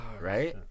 right